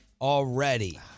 already